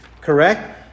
Correct